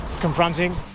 confronting